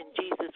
Jesus